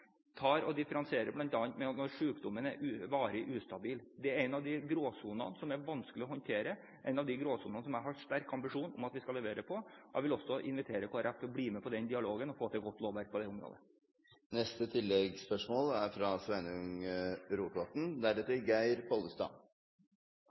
er varig ustabil. Det er en av de gråsonene som er vanskelige å håndtere, en av de gråsonene der jeg har en sterk ambisjon om at vi skal levere. Jeg vil invitere Kristelig Folkeparti til å bli med på den dialogen og få til et godt lovverk på det området. Sveinung Rotevatn – til oppfølgingsspørsmål. Det er